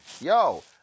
yo